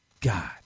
God